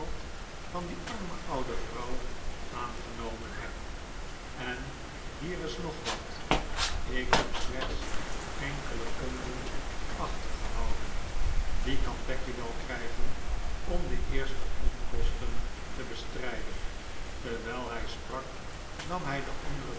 van die arme oude vrouw aangenomen heb en hier is nog wat ik heb slechts enkele ponden achtergehouden die kan becky wel krijgen om de eerste onkosten te bestrijden terwijl hij sprak nam hij de andere